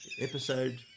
Episode